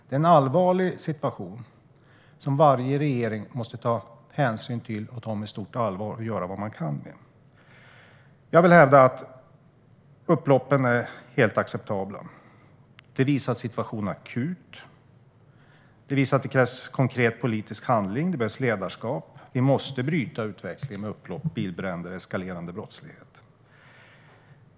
Det är en allvarlig situation som varje regering måste ta hänsyn till, ta på stort allvar och göra vad man kan med. Jag vill hävda att upploppen är helt oacceptabla. De visar att situationen är akut. De visar att det krävs konkret politisk handling. Det behövs ledarskap. Vi måste bryta utvecklingen med upplopp, bilbränder och eskalerande brottslighet.